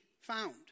found